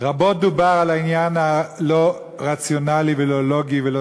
רבות דובר על העניין הלא-רציונלי ולא לוגי ולא